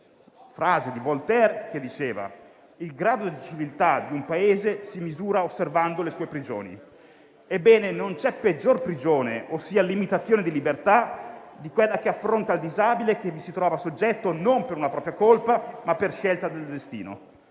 richiamando Voltaire, il quale diceva: «Il grado di civiltà di un Paese si misura osservando le sue prigioni». Ebbene, non c'è peggior prigione, ossia limitazione di libertà, di quella che affronta il disabile che vi si trova soggetto, non per una propria colpa, ma per scelta del destino.